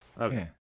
Okay